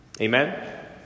Amen